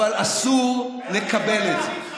אבל אסור לקבל את זה,